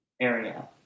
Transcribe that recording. area